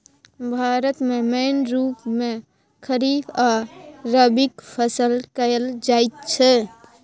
भारत मे मेन रुप मे खरीफ आ रबीक फसल कएल जाइत छै